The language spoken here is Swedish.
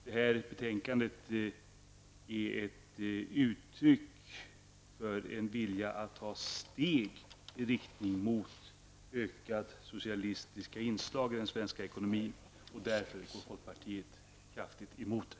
Det här betänkandet är ett uttryck för en vilja att ta steg i riktning mot ökade socialistiska inslag i den svenska ekonomin, och därför går folkpartiet kraftigt emot det.